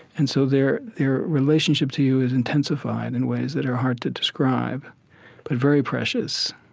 and so their their relationship to you is intensified in ways that are hard to describe but very precious